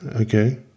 Okay